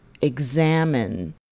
examine